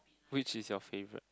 which is your favourite